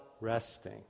resting